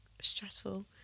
stressful